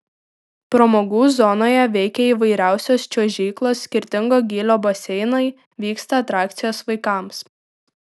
pramogų zonoje veikia įvairiausios čiuožyklos skirtingo gylio baseinai vyksta atrakcijos vaikams